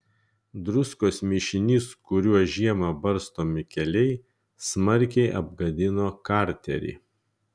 druskos mišinys kuriuo žiemą barstomi keliai smarkiai apgadino karterį